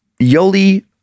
Yoli